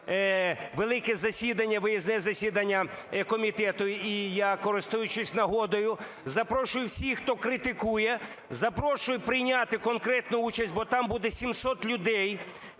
велике засідання, виїзне засідання комітету. І я, користуючись нагодою, запрошую всіх, хто критикує, запрошую прийняти конкретну участь, бо там буде 700 людей